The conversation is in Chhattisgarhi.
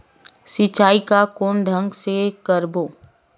सिंचाई ल कोन ढंग से करबो?